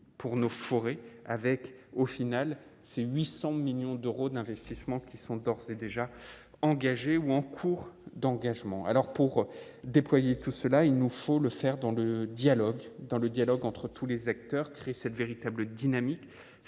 pour nos forêts avec, au final, c'est 800 millions d'euros d'investissement qui sont d'ores et déjà engagés ou en cours d'engagement alors pour déployer tout cela il nous faut le faire dans le dialogue dans le dialogue entre tous les acteurs, cette véritable dynamique